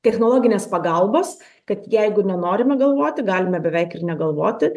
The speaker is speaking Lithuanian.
technologinės pagalbos kad jeigu nenorime galvoti galime beveik ir negalvoti